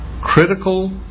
Critical